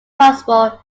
impossible